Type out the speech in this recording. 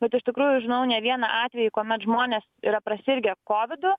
bet iš tikrųjų žinau ne vieną atvejį kuomet žmonės yra prasirgę kovidu